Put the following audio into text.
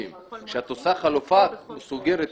כשאת עושה חלופה, את סוגרת הכל.